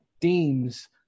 themes